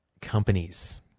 companies